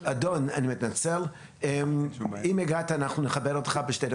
אם הגעת אנחנו נכבד אותך בשתי דקות.